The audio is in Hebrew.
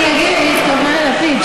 היא הבינה למה התכוונתי.